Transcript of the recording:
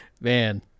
Man